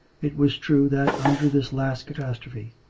it was true that, under this last catastrophe,